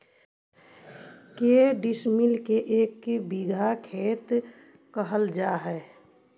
के डिसमिल के एक बिघा खेत कहल जा है?